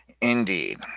Indeed